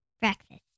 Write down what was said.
Breakfast